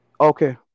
Okay